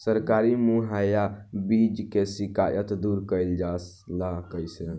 सरकारी मुहैया बीज के शिकायत दूर कईल जाला कईसे?